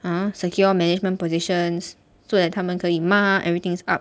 然后 secure management positions 坐在他们可以吗 everything's up